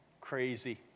Crazy